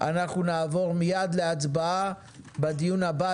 נעבור מיד להצבעה בדיון הבא.